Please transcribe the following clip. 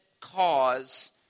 cause